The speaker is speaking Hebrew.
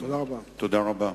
תודה רבה.